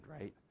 right